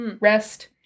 rest